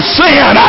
sin